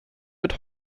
wird